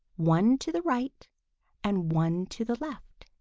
one to the right and one to the left.